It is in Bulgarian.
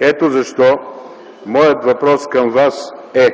Ето защо моят въпрос към Вас е: